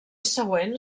següent